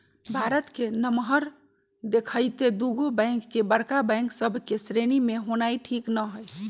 भारत के नमहर देखइते दुगो बैंक के बड़का बैंक सभ के श्रेणी में होनाइ ठीक न हइ